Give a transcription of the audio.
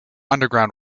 underground